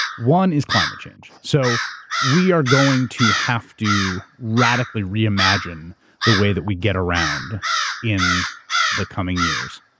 one is climate change. so we are going to have to radically reimagine the way that we get around in the coming years.